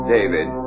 David